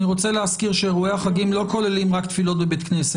אני רוצה להזכיר שאירועי החגים לא כוללים רק תפילות בבית כנסת.